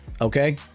okay